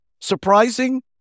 Surprising